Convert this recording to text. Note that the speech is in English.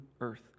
earth